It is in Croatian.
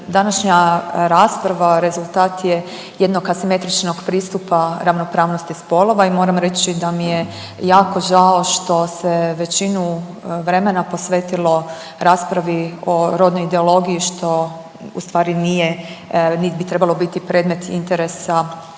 današnja rasprava rezultat je jednog asimetričnog pristupa ravnopravnosti spolova i moram reći da mi je jako žao što se većinu vremena posvetilo raspravi o rodnoj ideologiji, što u stvari nije niti bi trebalo biti predmet interesa